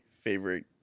favorite